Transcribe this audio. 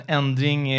ändring